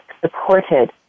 supported